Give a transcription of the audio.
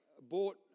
bought